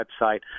website